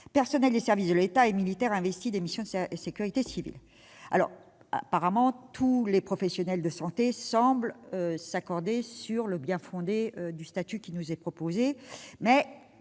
personnels des services de l'État et militaires investis de missions de sécurité civile. Apparemment, tous les professionnels de santé semblent s'accorder sur le bien-fondé du statut qui nous est proposé,